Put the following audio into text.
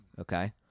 Okay